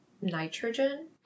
nitrogen